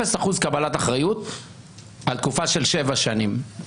0% קבלת אחריות על תקופה של שבע שנים.